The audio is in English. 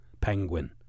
Penguin